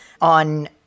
on